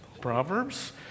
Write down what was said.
Proverbs